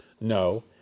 No